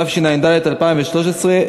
התשע"ד 2013,